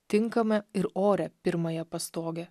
tinkamą ir orią pirmąją pastogę